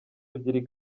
ebyiri